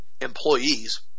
employees